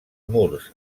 murs